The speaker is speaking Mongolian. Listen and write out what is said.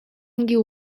ангийн